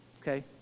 Okay